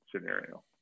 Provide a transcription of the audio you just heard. scenario